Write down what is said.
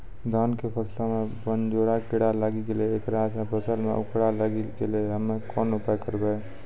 धान के फसलो मे बनझोरा कीड़ा लागी गैलै ऐकरा से फसल मे उखरा लागी गैलै हम्मे कोन उपाय करबै?